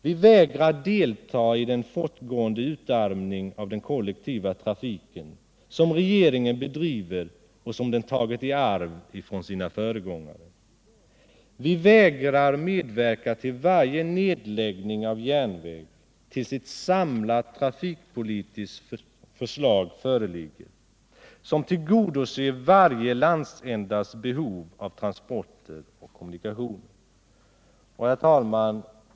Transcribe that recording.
Vi vägrar att delta i den fortgående utarmning av den kollektiva trafiken som regeringen bedriver och som den tagit i arv från sina föregångare. Vi vägrar medverka till varje nedläggning av järnväg, tills ett samlat trafikpolitiskt förslag föreligger som tillgodoser varje landsändas behov av transporter och kommunikationer. Herr talman!